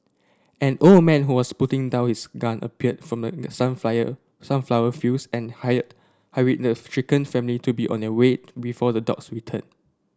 an old man who was putting down his gun appeared from the sunflower fields and hired hurried the shaken family to be on their way before the dogs return